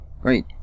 great